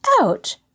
Ouch